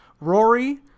Rory